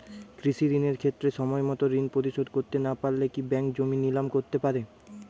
কৃষিঋণের ক্ষেত্রে সময়মত ঋণ পরিশোধ করতে না পারলে কি ব্যাঙ্ক জমি নিলাম করতে পারে?